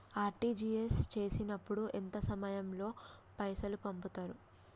RTGS చేసినప్పుడు ఎంత సమయం లో పైసలు పంపుతరు?